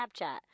Snapchat